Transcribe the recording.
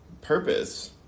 purpose